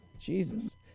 Jesus